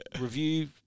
review